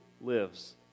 lives